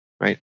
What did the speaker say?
Right